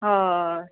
हय